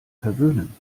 verwöhnen